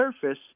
surface